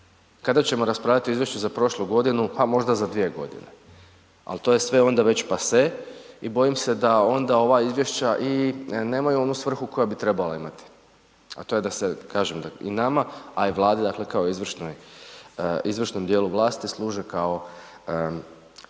Kada ćemo raspravljati o izvješću za prošlu godinu, pa možda za 2 g. Ali to je sve onda već passe i bojim se da onda ova izvješća nemaju onu svrhu koja bi trebala imati a to je da se kažem i nama a i Vladi kao izvršnom dijelu vlasti služe kao